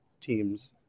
teams